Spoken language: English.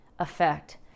effect